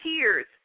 tears